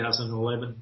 2011